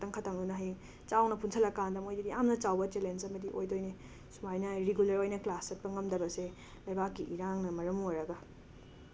ꯈꯇꯪ ꯈꯇꯪꯗꯨꯅ ꯍꯌꯦꯡ ꯆꯥꯎꯅ ꯄꯨꯟꯁꯤꯜꯂꯀꯥꯟꯗ ꯃꯣꯏꯗꯗꯤ ꯌꯥꯝꯅ ꯆꯥꯎꯕ ꯆꯦꯂꯦꯟꯖ ꯑꯃꯗꯤ ꯑꯣꯏꯗꯣꯏꯅꯦ ꯁꯨꯃꯥꯏꯅ ꯔꯤꯒꯨꯂꯔ ꯑꯣꯏꯅ ꯀ꯭ꯂꯥꯁ ꯆꯠꯄ ꯉꯝꯗꯕꯁꯦ ꯂꯩꯕꯥꯛꯀꯤ ꯏꯔꯥꯡꯅ ꯃꯔꯝ ꯑꯣꯏꯔꯒ